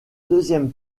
deuxième